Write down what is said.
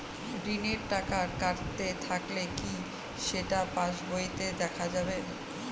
ঋণের টাকা কাটতে থাকলে কি সেটা পাসবইতে দেখা যাবে?